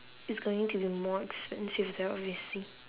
it's going to be more expensive there obviously